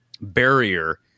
barrier